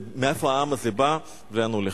מאיפה העם הזה בא ולאן הוא הולך.